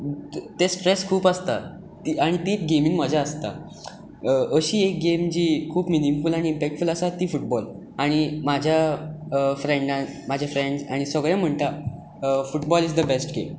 ते स्ट्रेस खूब आसता आनी तेच गेमिंत मज्या आसता अशी एक गेम जी ती खूब मिनिंगफुल आनी इंपेक्टफूल आसा ती फुटबॉल आनी म्हज्या फ्रेंडा म्हजे फ्रेंड्स आनी सगळे म्हणटात football is the best game